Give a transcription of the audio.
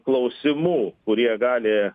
klausimų kurie gali